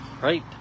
right